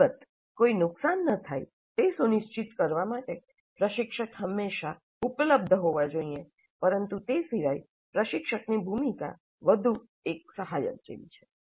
અલબત્ત કોઈ નુકસાન ન થાય તે સુનિશ્ચિત કરવા માટે પ્રશિક્ષક હંમેશાં ઉપલબ્ધ હોવા જોઈએ પરંતુ તે સિવાય પ્રશિક્ષકની ભૂમિકા વધુ એક સહાયક જેવી છે